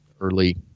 early